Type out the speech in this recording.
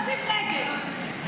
להשיב על הצעת החוק מטעם הממשלה.